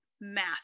math